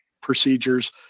procedures